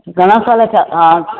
घणा साल थिया हा